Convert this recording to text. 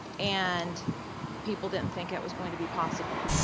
and people didn't think it was going to be possible.